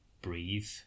breathe